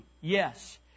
Yes